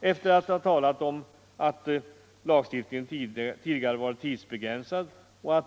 Efter att ha talat om att lagstiftningen tidigare varit tidsbegränsad och att